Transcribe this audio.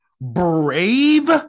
Brave